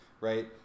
right